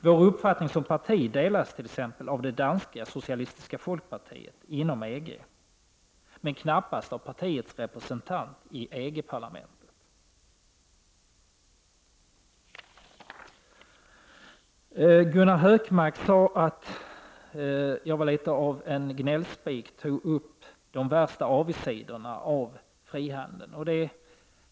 Vår uppfattning som parti delas t.ex. av det danska socialistiska folkpartiet inom EG, men knappast av partiets representant i EG parlamentet. Gunnar Hökmark sade att jag var litet av en gnällspik och tog upp de värsta avigsidorna av frihandeln.